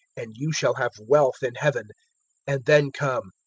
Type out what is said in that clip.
and you shall have wealth in heaven and then come,